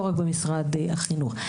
לא רק במשרד החינוך.